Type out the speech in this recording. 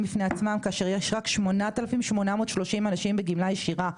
בפני עצמם כשיש רק 8,830 אנשים בגלמה ישירה.